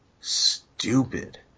stupid